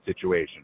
situation